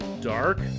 dark